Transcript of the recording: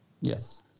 Yes